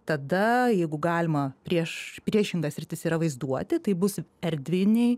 tada jeigu galima prieš priešinga sritis yra vaizduotė tai bus erdviniai